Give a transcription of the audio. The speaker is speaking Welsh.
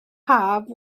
haf